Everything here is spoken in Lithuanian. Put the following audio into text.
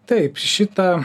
taip šitą